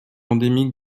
endémique